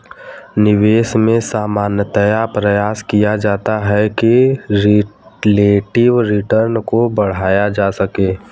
निवेश में सामान्यतया प्रयास किया जाता है कि रिलेटिव रिटर्न को बढ़ाया जा सके